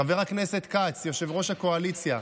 חבר הכנסת כץ, יושב-ראש הקואליציה,